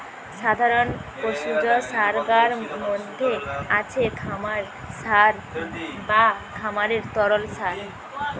সাধারণ পশুজ সারগার মধ্যে আছে খামার সার বা খামারের তরল সার